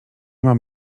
mam